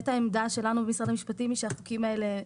העמדה שלנו במשרד המשפטים היא שהחוקים האלה חלים.